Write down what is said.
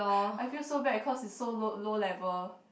I feel so bad cause it's so low low level